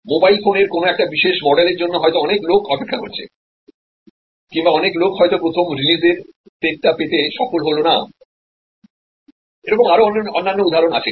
mobile ফোনের কোন একটা বিশেষ মডেলের জন্য হয়তো অনেক লোক অপেক্ষা করছে কিংবা অনেক লোক হয়তো প্রথম রিলিজের সেটটাপেতে সফল হলো না এবং আরো অন্যান্য উদাহরণও আছে